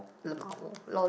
lmao lol